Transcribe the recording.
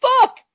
fuck